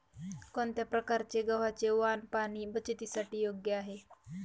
कोणत्या प्रकारचे गव्हाचे वाण पाणी बचतीसाठी योग्य आहे?